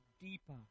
deeper